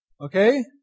Okay